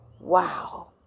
Wow